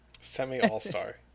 Semi-all-star